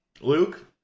Luke